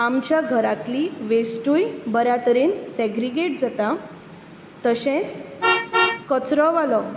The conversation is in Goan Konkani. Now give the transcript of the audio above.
आमच्या घरांतली वेस्टूय बऱ्या तरेन सेग्रिगेट जाता तशेंच कचरो वालो